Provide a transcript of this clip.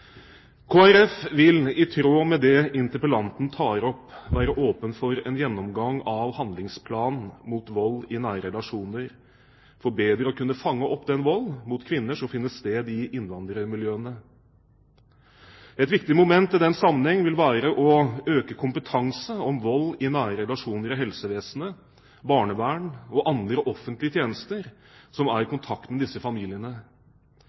vil, i tråd med det interpellanten tar opp, være åpen for en gjennomgang av handlingsplanen mot vold i nære relasjoner for bedre å kunne fange opp den volden mot kvinner som finner sted i innvandrermiljøene. Et viktig moment i den sammenheng vil være å øke kompetansen om vold i nære relasjoner i helsevesenet, barnevernet og andre offentlige tjenester som er i kontakt med disse familiene.